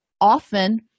often